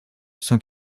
sans